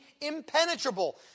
impenetrable